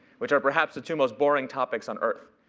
which are perhaps the two most boring topics on earth.